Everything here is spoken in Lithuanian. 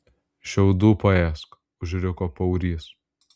šiaudų paėsk užriko paurys